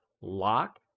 lock